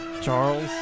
Charles